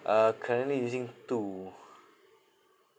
uh currently using two